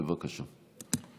בבקשה.